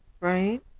right